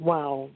Wow